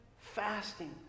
fasting